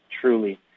truly